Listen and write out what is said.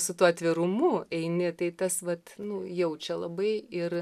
su tuo atvirumu eini tai tas vat nu jaučia labai ir